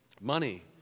money